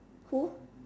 who